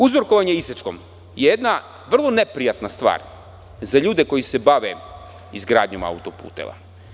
Uzorkovanje isečkom je jedna vrlo neprijatna stvar za ljude koji se bave izgradnjom auto-puteva.